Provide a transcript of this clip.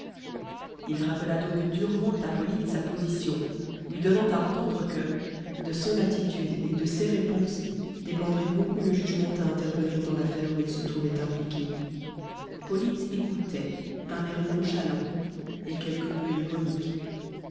il rappela donc durement à polyte sa position lui donnant à entendre que de son attitude et de ses réponses dépendrait beaucoup le jugement à intervenir dans l'affaire où il se trouvait impliqué polyte écoutait d'un air nonchalant et quelque peu ironique